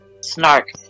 Snark